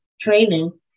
training